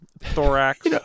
thorax